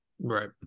Right